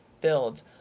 build